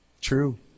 true